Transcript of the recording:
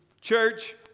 Church